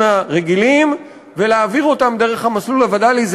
הרגילים ולהעביר אותם דרך המסלול הווד"לי,